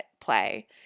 play